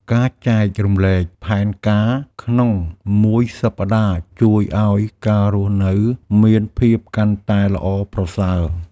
ការចែករំលែកផែនការក្នុងមួយសប្តាហ៍ជួយឲ្យការរស់នៅមានភាពកាន់តែល្អប្រសើរ។